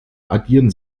addieren